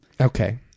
Okay